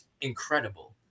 incredible